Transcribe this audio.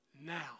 Now